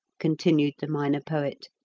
continued the minor poet.